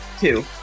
Two